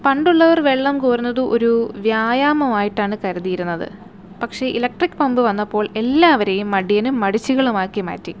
പണ്ടുള്ളവർ വെള്ളം കോരുന്നത് ഒരു വ്യായാമമായിട്ടാണ് കരുതിയിരുന്നത് പക്ഷേ ഇലക്ട്രിക് പമ്പ് വന്നപ്പോൾ എല്ലാവരെയും മടിയനും മടിച്ചികളും ആക്കി മാറ്റി